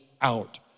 out